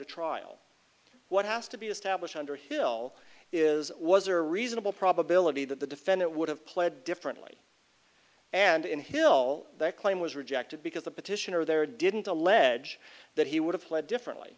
to trial what has to be established underhill is was a reasonable probability that the defendant would have pled differently and in hill that claim was rejected because the petitioner there didn't allege that he would have pled differently